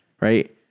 right